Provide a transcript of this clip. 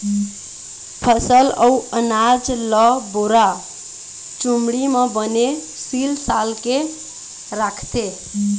फसल अउ अनाज ल बोरा, चुमड़ी म बने सील साल के राखथे